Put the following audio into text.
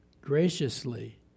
graciously